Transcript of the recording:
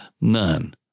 none